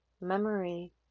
memory